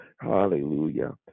Hallelujah